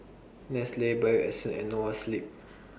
Nestle Bio Essence and Noa Sleep